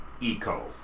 eco